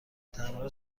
تعمیرات